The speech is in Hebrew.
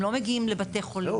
הם לא מגיעים לבתי חולים.